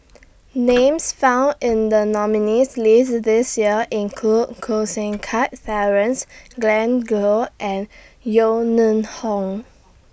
Names found in The nominees' list This Year include Koh Seng Kiat Glen Goei and Yeo Neng Hong